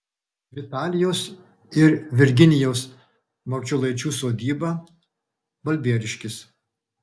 vitalijos ir virginijaus marčiulaičių sodyba balbieriškis